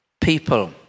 people